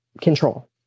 control